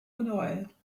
honoraires